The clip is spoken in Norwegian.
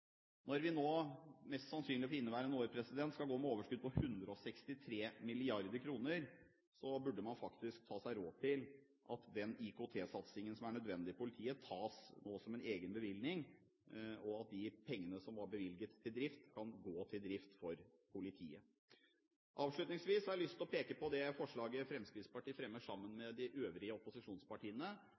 Når vi nå mest sannsynlig for inneværende år går med overskudd på 163 mrd. kr, burde man faktisk ta seg råd til at den IKT-satsingen som er nødvendig i politiet, tas som en egen bevilgning, og at de pengene som var bevilget til drift, kan gå til drift for politiet. Avslutningsvis har jeg lyst til å peke på det forslaget Fremskrittspartiet fremmer sammen med de øvrige opposisjonspartiene,